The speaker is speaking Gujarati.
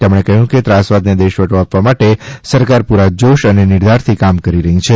તેમણે કહ્યું કે ત્રાસવાદને દેશવટો આપવા માટે સરકાર પૂરા જોશ અને નિર્ધારથી કામ કરી રહી છે